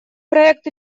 проект